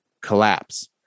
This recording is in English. collapse